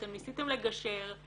אתם ניסיתם לגשר,